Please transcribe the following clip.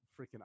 freaking